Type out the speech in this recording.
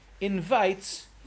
invites